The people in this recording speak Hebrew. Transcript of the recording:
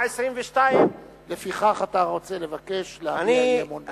22. לפיכך אתה רוצה לבקש להביע אי-אמון בממשלה.